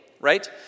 right